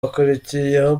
hakurikiyeho